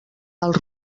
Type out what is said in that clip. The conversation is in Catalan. els